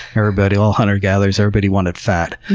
everybody all hunter-gatherers everybody wanted fat.